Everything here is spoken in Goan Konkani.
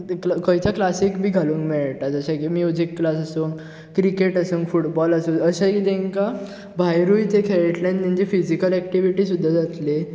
खंयच्या क्लासीक बीन घालूंक मेळटा जशें की म्युजीक क्लास आसूं क्रिकेट आसूं फुटबॉल आसूं अशेंय तेंका भायरुय ते खेळटले आनी तांची फिझीकल ऍक्टिवीटी सूद्दां जातली